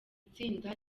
tsinda